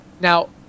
Now